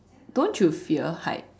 don't you fear height